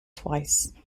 twice